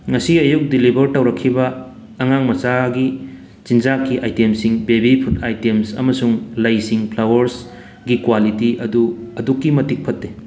ꯉꯁꯤ ꯑꯌꯨꯛ ꯗꯤꯂꯤꯚꯔ ꯇꯧꯔꯛꯈꯤꯕ ꯑꯉꯥꯡ ꯃꯆꯥꯒꯤ ꯆꯤꯟꯖꯥꯛꯀꯤ ꯑꯥꯏꯇꯦꯝꯁꯤꯡ ꯕꯦꯕꯤ ꯐꯨꯗ ꯑꯥꯥꯏꯇꯦꯝꯁ ꯑꯃꯁꯨꯡ ꯂꯩꯁꯤꯡ ꯐ꯭ꯂꯋꯥꯔꯁ ꯒꯤ ꯀ꯭ꯋꯥꯂꯤꯇꯤ ꯑꯗꯨ ꯑꯗꯨꯛꯀꯤ ꯃꯇꯤꯛ ꯐꯠꯇꯦ